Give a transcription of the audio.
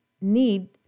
need